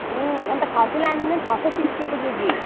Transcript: अन्त खसी लानुहुने छ सय तिस रुपियाँ केजी